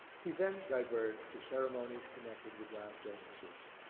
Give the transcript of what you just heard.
he then diverged to ceremonies connected with last illnesses